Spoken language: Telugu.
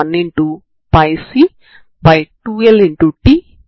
ఇది యాక్సిస్ కి సమాంతరంగా ఉంటుంది